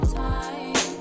time